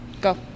Go